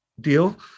deal